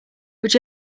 would